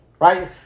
Right